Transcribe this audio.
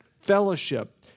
Fellowship